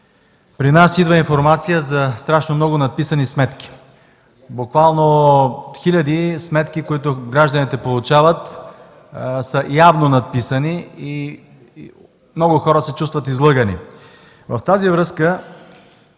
при нас идва информация за страшно много надписани сметки. Буквално хиляди сметки, които гражданите получават, са явно надписани и много хора се чувстват излъгани. Във връзка